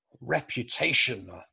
reputation